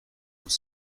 vous